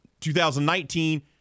2019